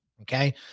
okay